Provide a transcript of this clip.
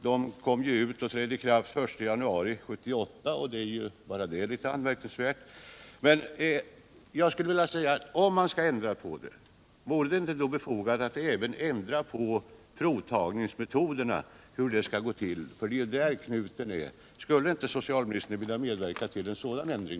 De kom ut och trädde i kraft den 1 januari 1978. Bara det är litet anmärkningsvärt. Om man skall ändra på benämningen, vore det inte då befogat att också ändra på provtagningsmetoderna? Skulle inte socialministern vilja medverka till en sådan ändring?